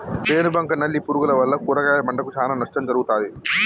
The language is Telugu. పేను బంక నల్లి పురుగుల వల్ల కూరగాయల పంటకు చానా నష్టం జరుగుతది